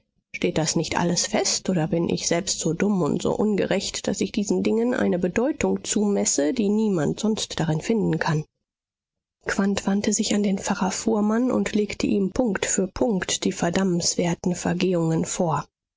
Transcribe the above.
steht das nicht alles fest oder bin ich selbst so dumm und so ungerecht daß ich diesen dingen eine bedeutung zumesse die niemand sonst darin finden kann quandt wandte sich an den pfarrer fuhrmann und legte ihm punkt für punkt die verdammenswerten vergehungen vor